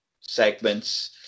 segments